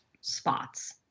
spots